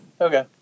Okay